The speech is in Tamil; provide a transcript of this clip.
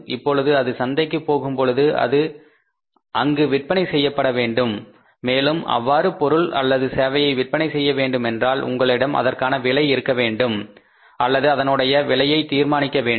இப்பொழுது அது சந்தைக்கு போகும் பொழுது அது அங்கு விற்பனை செய்யப்பட வேண்டும் மேலும் அவ்வாறு பொருள் அல்லது சேவையை விற்பனை செய்ய வேண்டும் என்றால் உங்களிடம் அதற்கான விலை இருக்க வேண்டும் அல்லது அதனுடைய விலையைத் தீர்மானிக்க வேண்டும்